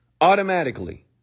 automatically